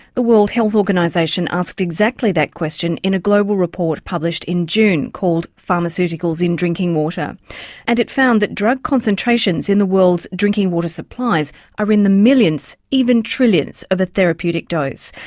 the world health organisation asked exactly that question in a global report published in june called pharmaceuticals in drinking water and it found that drug concentrations in the world's drinking water supplies are in the millionths, even trillionths of a therapeutic dose.